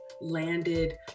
landed